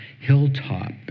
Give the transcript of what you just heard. hilltop